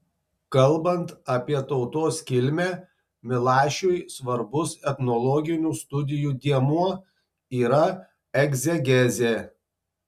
kalbant apie tautos kilmę milašiui svarbus etnologinių studijų dėmuo yra egzegezė